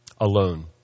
Alone